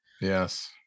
Yes